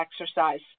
exercise